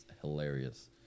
hilarious